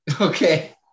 Okay